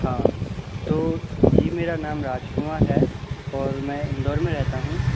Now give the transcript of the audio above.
हाँ तो जी मेरा नाम राजकुमार है और मैं इंदौर में रहता हूँ